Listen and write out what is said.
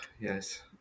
Yes